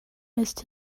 missed